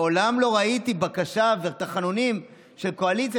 מעולם לא ראיתי בקשה ותחנונים של קואליציה